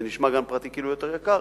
זה נשמע שגן פרטי כאילו יותר יקר,